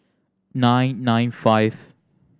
nine nine five